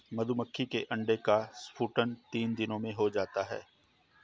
मधुमक्खी के अंडे का स्फुटन तीन दिनों में हो जाता है